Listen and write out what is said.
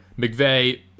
mcveigh